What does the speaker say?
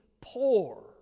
poor